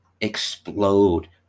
explode